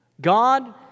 God